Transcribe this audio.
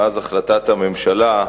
מאז החלטת הממשלה,